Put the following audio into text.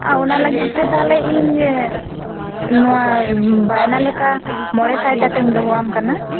ᱚᱱᱟ ᱞᱟᱹᱜᱤᱫ ᱛᱮ ᱛᱟᱦᱚᱞᱮ ᱤᱧ ᱱᱚᱣᱟ ᱵᱟᱭᱱᱟ ᱞᱮᱠᱟ ᱢᱚᱬᱮ ᱥᱟᱭ ᱴᱟᱠᱟᱧ ᱫᱚᱦᱚᱣᱟᱢ ᱠᱟᱱᱟ